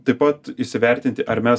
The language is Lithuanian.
taip pat įsivertinti ar mes